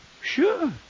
Sure